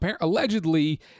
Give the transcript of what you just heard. allegedly